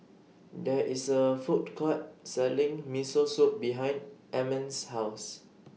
There IS A Food Court Selling Miso Soup behind Almond's House